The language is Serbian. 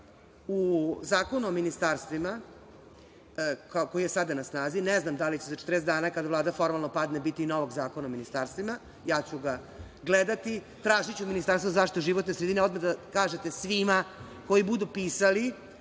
u Zakonu o ministarstvima koji je sada na snazi, ne znam da li će za 40 dana kada Vlada formalno padne biti novog Zakona o ministarstvima, ja ću ga gledati, tražiću od Ministarstva za zaštitu životne sredine odmah da kažete svima koji budu pisali